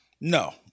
No